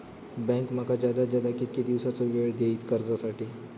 Bank माका जादात जादा किती दिवसाचो येळ देयीत कर्जासाठी?